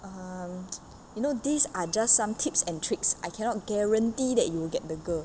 um you know these are just some tips and tricks I cannot guarantee that you will get the girl